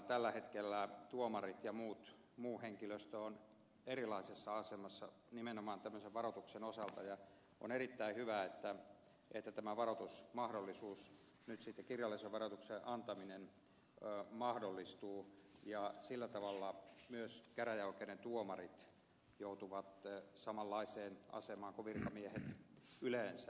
tällä hetkellä tuomarit ja muu henkilöstö ovat erilaisessa asemassa nimenomaan tämmöisen varoituksen osalta ja on erittäin hyvä että tämä kirjallisen varoituksen antaminen nyt sitten mahdollistuu ja sillä tavalla myös käräjäoikeuden tuomarit joutuvat samanlaiseen asemaan kuin virkamiehet yleensä